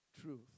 truth